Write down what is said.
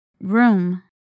Room